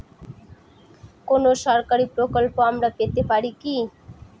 কোন সরকারি প্রকল্প আমরা পেতে পারি কি?